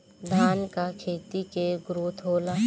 धान का खेती के ग्रोथ होला?